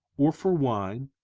or for wine,